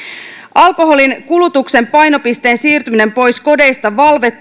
alkoholinkulutuksen painopisteen siirtyminen pois kodeista